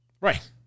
Right